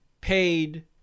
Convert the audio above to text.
paid